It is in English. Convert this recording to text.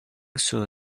through